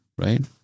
Right